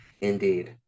indeed